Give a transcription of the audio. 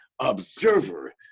observer